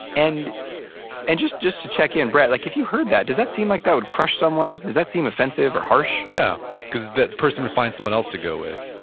and and just just to check in, brett, like if you heard that, does that seem like that would crush someone? does that seem offensive or harsh? no because that person would find someone else to go with,